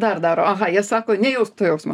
dar daro aha jie sako nejausk to jausmo